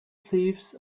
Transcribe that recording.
thieves